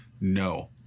no